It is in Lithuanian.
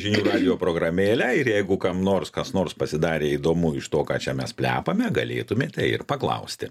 žinių radijo programėlę ir jeigu kam nors kas nors pasidarė įdomu iš to ką čia mes plepame galėtumėte ir paklausti